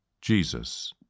Jesus